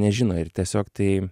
nežino ir tiesiog tai